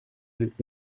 sind